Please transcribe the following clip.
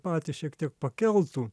patį šiek tiek pakeltų